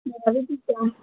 ਮੈਂ ਵੀ ਠੀਕ ਹਾਂ